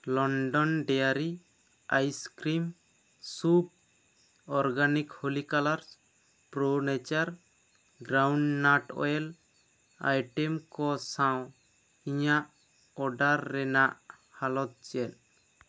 London dairy ice cream soup organic Holi colours pro nature groundnut oil item ᱠᱚ ᱥᱟᱶ ᱤᱧᱟᱹᱜ order ᱨᱮᱱᱟᱜ ᱦᱟᱞᱚᱛ ᱪᱮᱫ